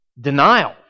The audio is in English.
Denial